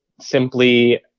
simply